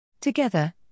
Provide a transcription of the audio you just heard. Together